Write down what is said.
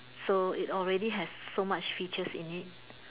so it already have so much features in it